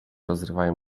rozrywają